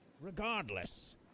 Regardless